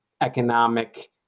economic